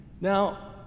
Now